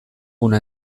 gune